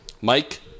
Mike